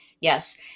Yes